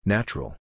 Natural